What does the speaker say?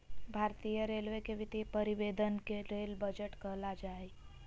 भारतीय रेलवे के वित्तीय प्रतिवेदन के रेल बजट कहल जा हइ